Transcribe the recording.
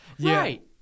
Right